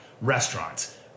Restaurants